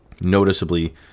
noticeably